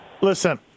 Listen